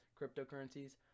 cryptocurrencies